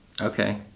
Okay